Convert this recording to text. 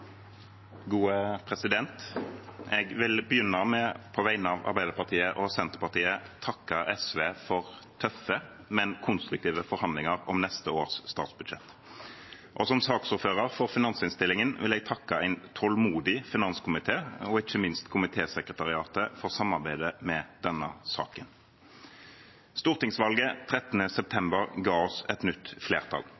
Jeg vil på vegne av Arbeiderpartiet og Senterpartiet begynne med å takke SV for tøffe, men konstruktive forhandlinger om neste års statsbudsjett. Som saksordfører for finansinnstillingen vil jeg takke en tålmodig finanskomité og ikke minst komitesekretariatet for samarbeidet med denne saken. Stortingsvalget